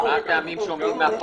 מה הטעמים שעומדים?